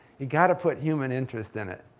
you gotta put human interest in it.